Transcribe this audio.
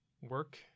work